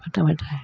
खत्म होता है